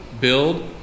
build